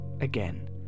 again